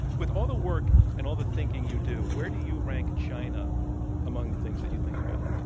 with all the work and all the thinking you do, where do you rank china among the things that you think about?